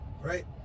right